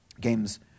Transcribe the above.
games